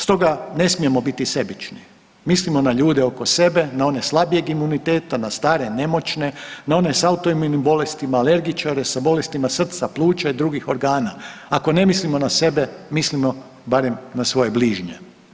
Stoga ne smijemo biti sebični, mislimo na ljude oko sebe, na one slabijeg imuniteta, na stare, nemoćne, na one sa autoimunim bolestima, alergičare, sa bolestima srca, pluća i drugih organa, ako ne mislimo na sebe mislimo barem na svoje bližnje.